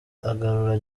agarura